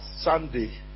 Sunday